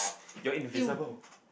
you invisible